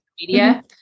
Media